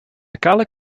kale